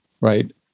right